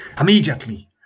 Immediately